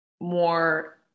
more